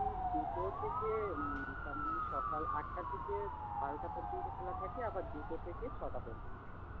আমি দুটো থেকে মানে সকাল আটটা থেকে বারোটা পর্যন্ত খোলা থাকে আবার দুটো থেকে ছটা পর্যন্ত সন্ধ্যা